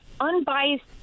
unbiased